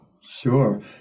Sure